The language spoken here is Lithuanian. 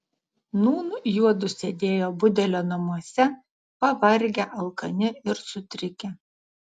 nūn juodu sėdėjo budelio namuose pavargę alkani ir sutrikę